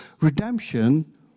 Redemption